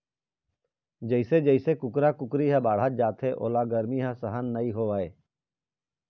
जइसे जइसे कुकरा कुकरी ह बाढ़त जाथे ओला गरमी ह सहन नइ होवय